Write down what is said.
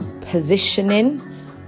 positioning